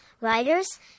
writers